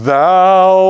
Thou